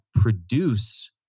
produce